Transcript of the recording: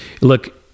look